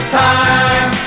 time